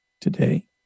Today